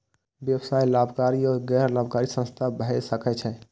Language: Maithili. व्यवसाय लाभकारी आ गैर लाभकारी संस्था भए सकै छै